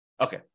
Okay